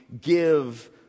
give